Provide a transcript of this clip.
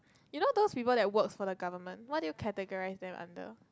you know those people that works for the government what do you categorise them under